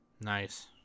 Nice